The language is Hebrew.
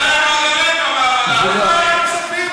לוועדת כספים,